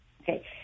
Okay